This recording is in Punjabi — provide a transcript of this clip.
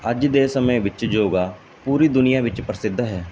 ਅੱਜ ਦੇ ਸਮੇਂ ਵਿੱਚ ਯੋਗਾ ਪੂਰੀ ਦੁਨੀਆਂ ਵਿੱਚ ਪ੍ਰਸਿੱਧ ਹੈ